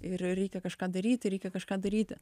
ir reikia kažką daryti reikia kažką daryti